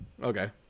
Okay